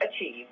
achieve